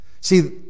See